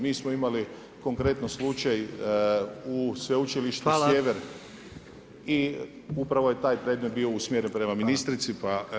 Mi smo imali konkretno slučaj u Sveučilištu Sjever [[Upadica predsjednik: Hvala.]] i upravo je taj predmet bio usmjeren prema ministrici, pa evo.